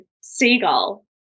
seagull